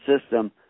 system